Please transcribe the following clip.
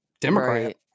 Democrat